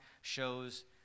shows